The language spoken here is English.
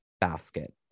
basket